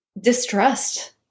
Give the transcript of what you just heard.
distrust